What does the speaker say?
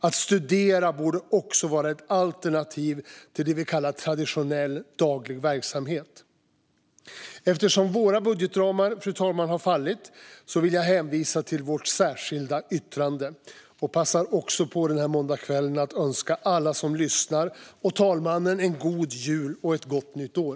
Att studera borde också vara ett alternativ till det som vi kallar traditionell daglig verksamhet. Fru talman! Eftersom vårt budgetförslag har fallit vill jag hänvisa till vårt särskilda yttrande. Jag passar denna måndagskväll också på att önska alla som lyssnar och fru talmannen en god jul och ett gott nytt år.